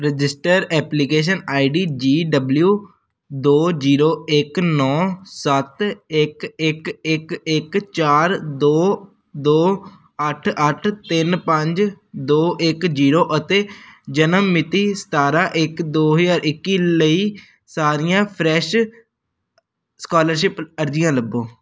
registered application ID G W ਦੋ zero ਇੱਕ ਨੌਂ ਸੱਤ ਇੱਕ ਇੱਕ ਇੱਕ ਇੱਕ ਚਾਰ ਦੋ ਦੋ ਅੱਠ ਅੱਠ ਤਿੰਨ ਪੰਜ ਦੋ ਇੱਕ ਜ਼ੀਰੋ ਅਤੇ ਜਨਮ ਮਿਤੀ ਸਤਾਰਾਂ ਇੱਕ ਦੋ ਹਜ਼ਾਰ ਇੱਕੀ ਲਈ ਸਾਰੀਆਂ ਫਰੈਸ਼ ਸਕਾਲਰਸ਼ਿਪ ਅਰਜ਼ੀਆਂ ਲੱਭੋ